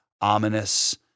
ominous